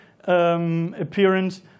Appearance